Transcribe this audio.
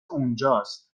اونجاست